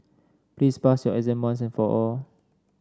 please pass your exam once and for all